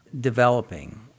developing